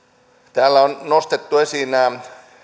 täällä on nostettu esiin nämä